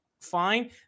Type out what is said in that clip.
fine